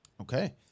Okay